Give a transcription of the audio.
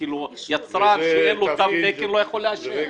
הרי יצרן שאין לו תו תקן לא יכול לאשר.